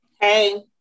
Hey